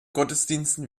gottesdiensten